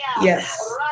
Yes